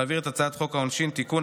להעביר את הצעת חוק העונשין (תיקון,